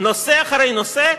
נושא אחר נושא,